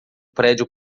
prédio